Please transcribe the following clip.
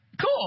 Cool